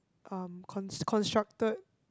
um cons~ constructed